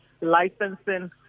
licensing